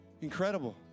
Incredible